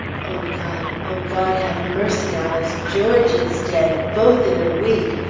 o god, o god, have mercy on us! george is dead! both in a week.